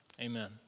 amen